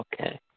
Okay